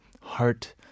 heart